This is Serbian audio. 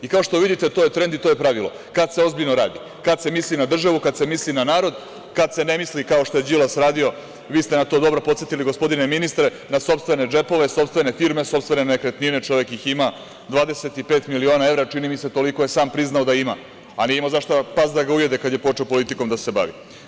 I kao što vidite, to je trend i to je pravilo, kad se ozbiljno radi, kad se misli na državu, kad se misli na narod, kad se ne misli, kao što je Đilas radio, vi ste na to dobro podsetili, gospodine ministre, na sopstvene džepove, sopstvene firme, sopstvene nekretnine, čovek ih ima, 25 miliona evra, toliko je sam priznao da ima, a nije imao za šta pas da ga ujede kad je počeo politikom da se bavi.